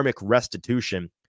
restitution